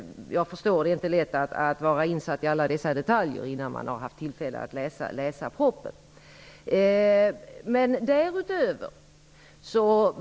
Jag förstår att det inte är lätt att vara insatt i alla detaljer, innan man har haft tillfälle att studera propositionen.